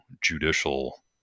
judicial